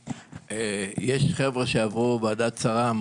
יש חבר'ה שעברו ועדת צר"ם